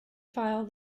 file